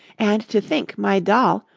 and to think my doll,